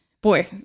Boy